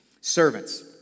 Servants